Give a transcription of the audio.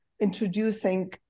introducing